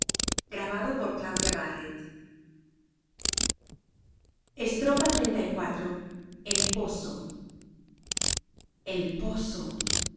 xxxiv el pozo el pozo